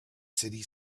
city